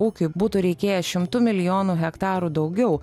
ūkiui būtų reikėję šimtu milijonų hektarų daugiau